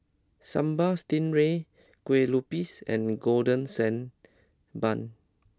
Sambal Stingray Kuih Lopes and Golden Sand Bun